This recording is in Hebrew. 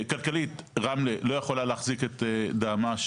כלכלית רמלה לא יכולה להחזיק את דהמש.